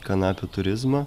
kanapių turizmą